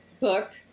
book